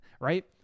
Right